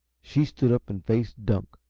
she stood up and faced dunk,